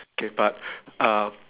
K but uh